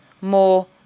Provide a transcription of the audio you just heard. more